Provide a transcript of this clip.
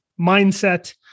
mindset